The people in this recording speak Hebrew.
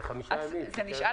זה חמישה ימים.